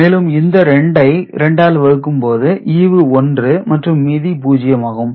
மேலும் இந்த 2 ஐ 2 ஆல் வகுக்கும்போது ஈவு 1 மற்றும் மீதி 0 ஆகும்